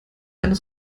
eines